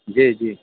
جی جی